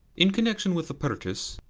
in connection with a purchase?